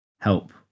help